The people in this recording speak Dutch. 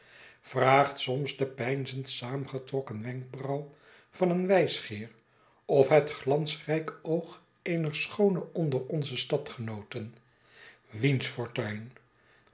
vraagt soms de peinzend saamgetrokken wenkbrauw van een wijsgeer of het glansrijk oog eener schoone onder onze stadgenooten wiens fortuin